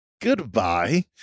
goodbye